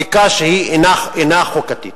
בדיקה שהיא אינה חוקתית.